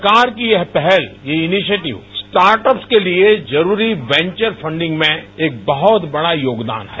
सरकार की यह पहल यह इनिशिएटिव स्टार्टअप के लिए जरूरी वैंचर फंडिंग में एक बहुत बड़ा योगदान है